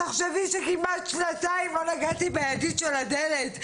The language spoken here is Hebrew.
תחשבי שכמעט שנתיים לא נגעתי בידית של הדלת.